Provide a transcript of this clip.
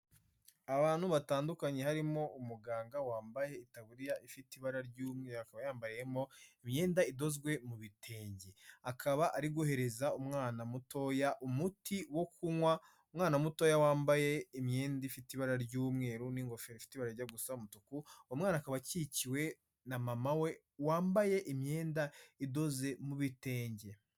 Abantu batandukanye harimo umuganga wambaye itaburiya ifite ibara ry'umweru, akaba yambariyemo imyenda idozwe mu bitenge, akaba ari guhereza umwana mutoya umuti wo kunywa, umwana mutoya wambaye imyenda ifite ibara ry'umweru n'ingofero ifite ibara rijya gusa umutuku, umwana akaba akikiwe na mama we wambaye imyenda idoze mu bitenge.